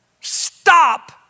stop